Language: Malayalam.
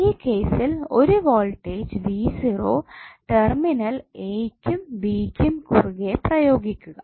ഈ കേസിൽ ഒരു വോൾടേജ് ടെർമിനൽ എ യ്കും ബി യ്കും കുറുകെ പ്രയോഗിക്കുക